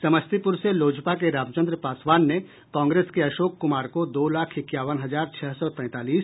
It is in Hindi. समस्तीपुर से लोजपा के रामचंद्र पासवान ने कांग्रेस के अशोक कुमार को दो लाख इक्यावन हजार छह सौ तैंतालीस